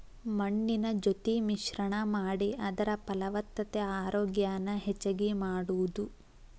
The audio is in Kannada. ಮಣ್ಣಿನ ಜೊತಿ ಮಿಶ್ರಣಾ ಮಾಡಿ ಅದರ ಫಲವತ್ತತೆ ಆರೋಗ್ಯಾನ ಹೆಚಗಿ ಮಾಡುದು